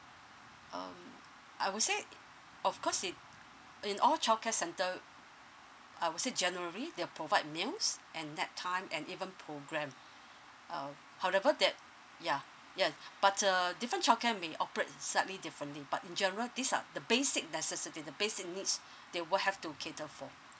um I would say i~ of course in in all childcare centre I would say generally they'll provide meals and nap time and even programme uh however that yeah yeah but uh different childcare may operate slightly differently but in general these are the basic necessity the basic needs they will have to cater for